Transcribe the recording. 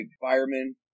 firemen